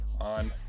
on